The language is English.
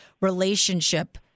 relationship